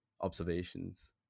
observations